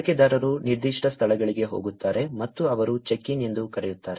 ಬಳಕೆದಾರರು ನಿರ್ದಿಷ್ಟ ಸ್ಥಳಗಳಿಗೆ ಹೋಗುತ್ತಾರೆ ಮತ್ತು ಅವರು ಚೆಕ್ ಇನ್ ಎಂದು ಕರೆಯುತ್ತಾರೆ